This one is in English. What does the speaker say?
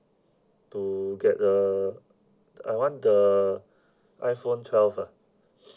to get the I want the iPhone twelve ah